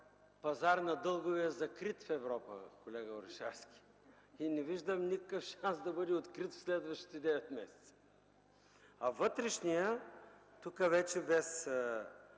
пазар на дългове е закрит в Европа, колега Орешарски. И не виждам никакъв шанс да бъде открит в следващите девет месеца. А вътрешният, тук вече без